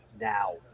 now